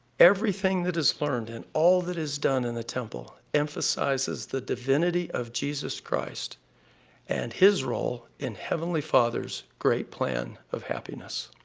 everything that is learned and all that is done in the temple emphasizes the divinity of jesus christ and his role in heavenly father's great plan of happiness.